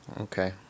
Okay